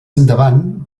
endavant